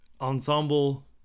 ensemble